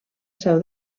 seu